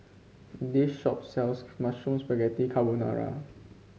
this shop sells Mushroom Spaghetti Carbonara